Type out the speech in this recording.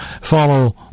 follow